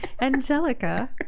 Angelica